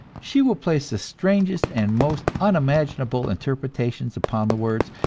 she will place the strangest and most unimaginable interpretations upon the words,